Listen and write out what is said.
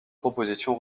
proposition